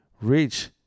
reach